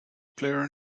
player